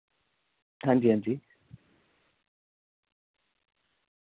हां जी हां जी